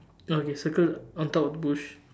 okay circle on top of the bush